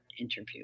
interview